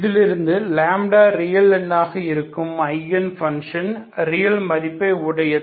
இதிலிருந்து ரியல் எண்ணாக இருக்கும் ஐகன் பன்ஷனும் ரியல் மதிப்பை உடையது